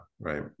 right